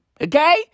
Okay